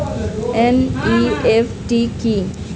NEFT কি?